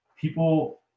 people